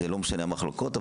לא משנות המחלוקות,